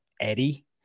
Eddie